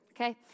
okay